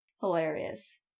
hilarious